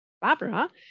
Barbara